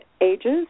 ages